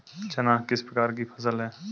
चना किस प्रकार की फसल है?